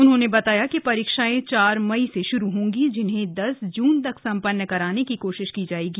उन्होंने बताया कि परीक्षाएं चार मई से श्रू होगी जिन्हें दस जून तक संपन्न कराने की कोशिश की जाएगी